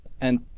And-